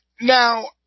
Now